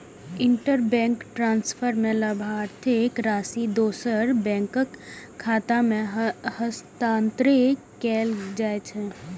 interbank transfer मे लाभार्थीक राशि दोसर बैंकक खाता मे हस्तांतरित कैल जाइ छै